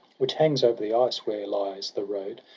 which hangs over the ice where lies the road.